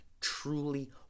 truly